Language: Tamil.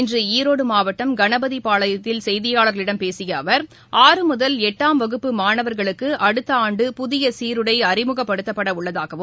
இன்று ஈரோடு மாவட்டம் கணபதிபாளையத்தில் செய்தியாளா்களிடம் பேசிய அவா் ஆறு முதல் எட்டாம் வகுப்பு மாணவர்களுக்கு அடுத்த ஆண்டு புதிய சீருடை அறிமுகப்படுத்தப்பட உள்ளதாகவும்